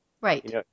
Right